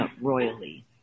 royally